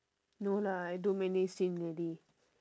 no lah I don't manage him already